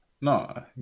no